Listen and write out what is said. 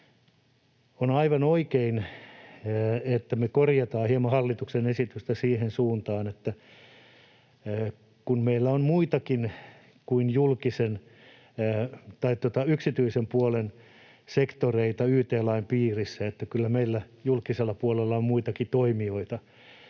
On aivan oikein, että me korjataan hallituksen esitystä hieman siihen suuntaan, että meillä on muitakin kuin yksityisen puolen sektoreita yt-lain piirissä. Kyllä meillä julkisella puolella on muitakin toimijoita.